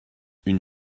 une